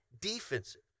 defensive